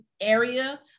area